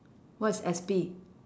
what's S_P